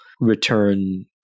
return